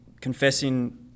confessing